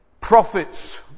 prophets